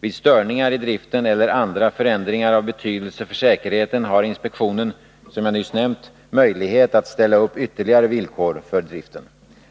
Vid störningar i driften eller andra förändringar av betydelse för säkerheten har inspektionen, som jag nyss nämnt, möjlighet att ställa upp ytterligare villkor för driften.